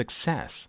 success